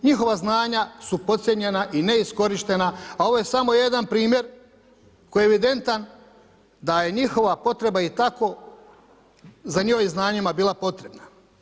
Njihova znanja su podcijenjena i neiskorištena, a ovo je samo jedan primjer koji je evidentan da je njihova potreba i tako za njihovim znanjima bila potrebna.